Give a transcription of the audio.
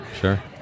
Sure